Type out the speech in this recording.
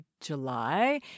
July